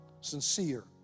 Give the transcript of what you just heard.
sincere